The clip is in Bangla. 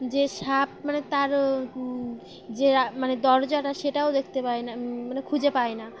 যে সাপ মানে তার যে মানে দরজাটা সেটাও দেখতে পায় না মানে খুঁজে পায় না